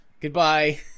goodbye